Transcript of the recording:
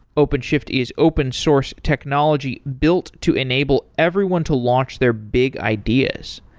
openshift is open source technology built to enable everyone to launch their big ideas.